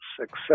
Success